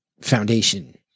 foundation